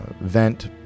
vent